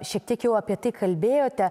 šiek tiek jau apie tai kalbėjote